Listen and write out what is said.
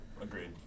Agreed